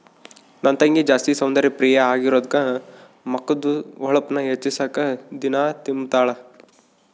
ನನ್ ತಂಗಿ ಜಾಸ್ತಿ ಸೌಂದರ್ಯ ಪ್ರಿಯೆ ಆಗಿರೋದ್ಕ ಮಕದ್ದು ಹೊಳಪುನ್ನ ಹೆಚ್ಚಿಸಾಕ ದಿನಾ ತಿಂಬುತಾಳ